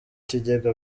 kigega